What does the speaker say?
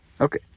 Okay